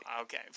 Okay